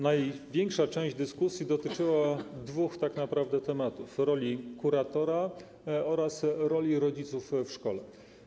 Największa część dyskusji dotyczyła tak naprawdę dwóch tematów: roli kuratora oraz roli rodziców w szkole.